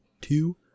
two